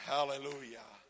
Hallelujah